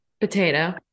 potato